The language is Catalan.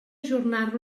ajornar